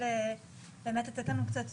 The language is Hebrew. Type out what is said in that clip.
האם יש